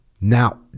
Now